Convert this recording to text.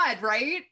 right